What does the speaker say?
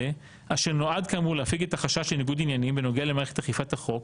אשר נועד כאמור להפיג את החשש של ניגוד עניינים בנוגע למערכת אכיפת החוק